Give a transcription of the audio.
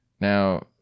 Now